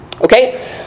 Okay